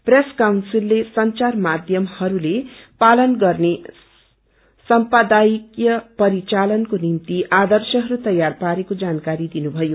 press काउन्सिलले संचार माध्यमहरूले पालन गर्ने सम्पादकीय परिचालनको निम्ति आदर्शहरू तयार पारेको जानकारी दिनुभयो